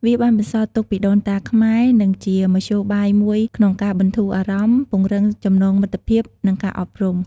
វាបានបន្សល់ទុកពីដូនតាខ្មែរ និងជាមធ្យោបាយមួយក្នុងការបន្ធូរអារម្មណ៍ ពង្រឹងចំណងមិត្តភាព និងការអប់រំ។